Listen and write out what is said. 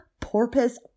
porpoise